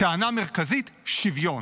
טענה מרכזית, שוויון.